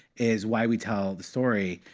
is why we tell the story.